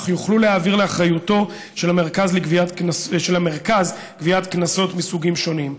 יוכלו להעביר לאחריותו של המרכז גביית קנסות מסוגים שונים.